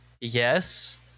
Yes